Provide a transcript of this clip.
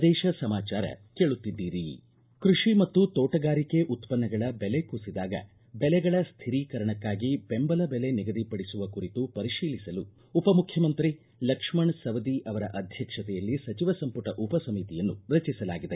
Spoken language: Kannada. ಪ್ರದೇಶ ಸಮಾಚಾರ ಕೇಳುತ್ತಿದ್ದೀರಿ ಕೃಷಿ ಮತ್ತು ತೋಟಗಾರಿಕೆ ಉತ್ಪನ್ನಗಳ ಬೆಲೆ ಕುಸಿದಾಗ ಬೆಲೆಗಳ ಸ್ವಿರೀಕರಣಕ್ಕಾಗಿ ದೆಂಬಲ ಬೆಲೆ ನಿಗದಿಪಡಿಸುವ ಕುರಿತು ಪರಿಶೀಲಿಸಲು ಉಪಮುಖ್ಣಮಂತ್ರಿ ಲಕ್ಷ್ಣ ಸವದಿ ಅವರ ಅಧ್ಯಕ್ಷತೆಯಲ್ಲಿ ಸಚಿವ ಸಂಪುಟ ಉಪಸಮಿತಿಯನ್ನು ರಚಿಸಲಾಗಿದೆ